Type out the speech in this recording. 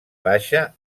baixa